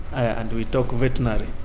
and we talk veterinary,